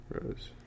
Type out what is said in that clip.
Rose